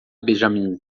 benjamin